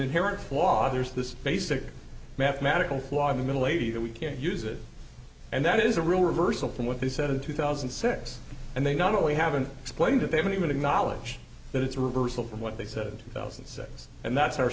inherent flaw there's this basic mathematical flaw in the middle lady that we can't use it and that is a real reversal from what they said in two thousand and six and they not only haven't explained it they haven't even acknowledge that it's a reversal from what they said thousand and six and that's our